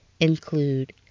Include